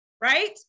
right